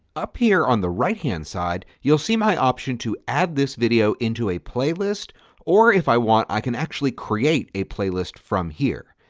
up here on the right-hand side you will see my option to add this video into a playlist or if i want i can actually create a playlist from here.